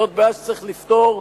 זו בעיה שצריך לפתור.